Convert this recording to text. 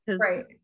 Right